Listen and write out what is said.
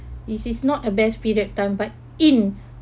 it is not a best period time but in